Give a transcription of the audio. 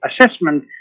assessment